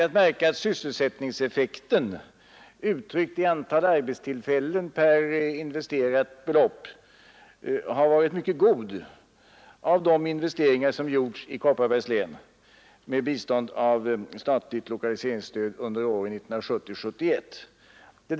Att märka är att sysselsättningseffekten uttryckt i antalet arbetstillfällen per investerat belopp varit mycket god som resultat av de investeringar som gjorts i Kopparbergs län med bistånd av statligt lokaliseringsstöd under åren 1970-1971.